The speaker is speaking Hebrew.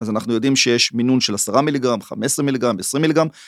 אז אנחנו יודעים שיש מינון של 10 מיליגרם, 15 מיליגרם, 20 מיליגרם.